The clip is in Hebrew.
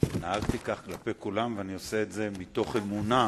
נהגתי כך כלפי כולם ואני עושה את זה מתוך אמונה,